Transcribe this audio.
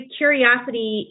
curiosity